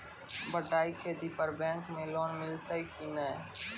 बटाई खेती पर बैंक मे लोन मिलतै कि नैय?